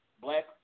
Black